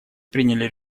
приняли